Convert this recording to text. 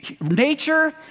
nature